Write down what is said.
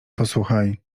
posłuchaj